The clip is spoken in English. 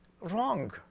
wrong